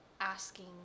asking